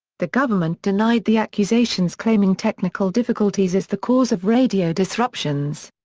the government denied the accusations claiming technical difficulties as the cause of radio disruptions.